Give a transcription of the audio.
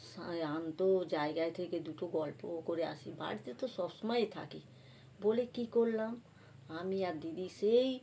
শান্ত জায়গায় থেকে দুটো গল্পও করে আসি বাড়িতে তো সবসময়ই থাকি বলে কী করলাম আমি আর দিদি সেই